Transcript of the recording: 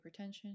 hypertension